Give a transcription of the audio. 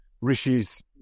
Rishi's